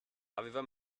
aveva